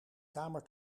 kamer